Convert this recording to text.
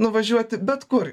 nuvažiuoti bet kur